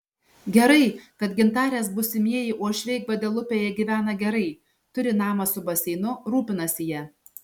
gerai kad gintarės būsimieji uošviai gvadelupėje gyvena gerai turi namą su baseinu rūpinasi ja